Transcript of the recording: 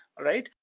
alright?